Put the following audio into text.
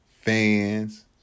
fans